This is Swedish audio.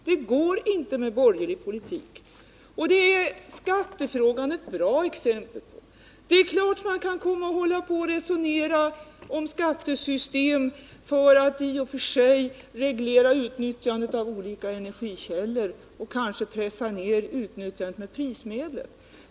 Det går inte med borgerlig politik. - Skattefrågan är ett bra exempel härpå. Det är klart att man kan resonera om skatteteknik för att reglera utnyttjandet av olika energikällor och kanske använda prismedlet för att pressa ned utnyttjandet.